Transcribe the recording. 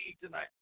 tonight